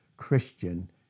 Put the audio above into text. Christian